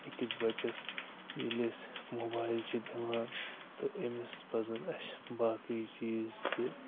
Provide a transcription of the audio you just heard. أکِس بَچس ییٚلہِ أسۍ موبایِل چھِ دِوان تہٕ أمِس پَزَن اَسہِ باقٕے چیٖز تہِ